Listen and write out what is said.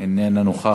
איננה נוכחת,